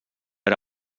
era